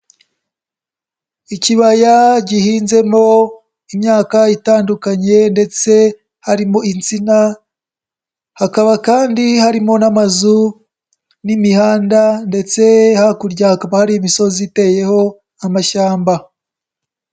Ikibaya gihinzemo imyaka itandukanye ndetse harimo insina, hakaba kandi harimo n'amazu n'imihanda ndetse hakurya hakaba hari imisozi iteyeho amashyamba.